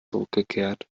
zurückgekehrt